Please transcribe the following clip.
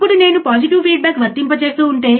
ఇప్పుడు అసలు విషయం ఏమిటి